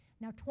Now